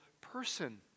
person